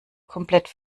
komplett